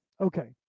Okay